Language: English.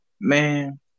man